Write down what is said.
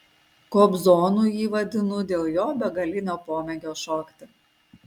kobzonu jį vadinu dėl jo begalinio pomėgio šokti